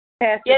Yes